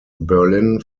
berlin